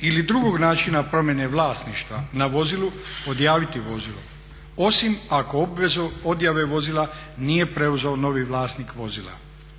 ili drugog načina promjene vlasništva na vozilu odjaviti vozilo, osim ako obvezu objave vozila nije preuzeo novi vlasnik vozila.